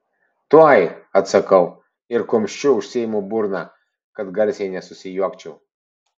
tuoj atsakau ir kumščiu užsiimu burną kad garsiai nesusijuokčiau